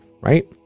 right